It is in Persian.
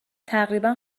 تقریبا